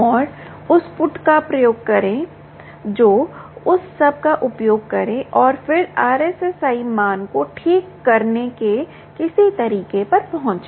और उस पुट का उपयोग करें जो उस सब का उपयोग करें और फिर RSSI मान को ठीक करने के किसी तरीके पर पहुंचें